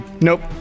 Nope